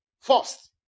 First